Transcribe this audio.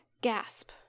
Gasp